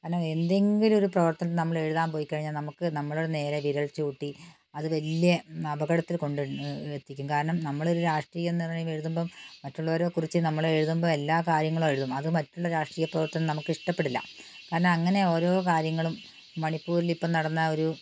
അല്ല എന്തെങ്കിലും ഒരു പ്രവർത്തനം നമ്മള് എഴുതാൻ പോയിക്കഴിഞ്ഞാൽ നമുക്ക് നമ്മുടെ നേരെ വിരൽ ചൂണ്ടി അത് വലിയ അപകടത്തിൽ കൊണ്ട് ഏ എത്തിക്കും കാരണം നമ്മളൊരു രാഷ്ട്രീയം എന്ന് പറയുമ്പോൾ എഴുതുമ്പം മറ്റുള്ളവരെക്കുറിച്ച് നമ്മൾ എഴുതുമ്പം എല്ലാ കാര്യങ്ങളും എഴുതും അത് മറ്റുള്ള രാഷ്ട്രീയപ്രവർത്തനം നമുക്ക് ഇഷ്ടപ്പെടില്ല കാരണം അങ്ങനെ ഓരോ കാര്യങ്ങളും മണിപ്പുരിൽ ഇപ്പം നടന്ന ഒരൂ